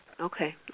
Okay